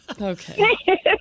Okay